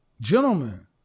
gentlemen